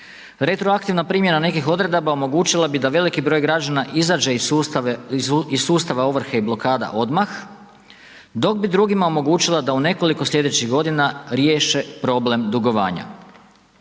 Retroaktivna primjena nekih odredaba omogućila bi da veliki broj građana izađe iz sustava ovrhe i blokada odmah, dok bi drugima omogućila da u nekoliko slijedećih godina riješe problem dugovanja.